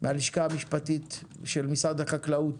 מהלשכה המשפטית של משרד החקלאות,